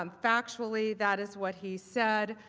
um factually, that is what he said,